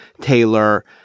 Taylor